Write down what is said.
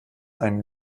einem